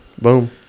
Boom